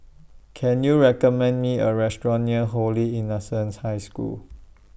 Can YOU recommend Me A Restaurant near Holy Innocents' High School